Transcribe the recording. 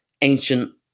ancient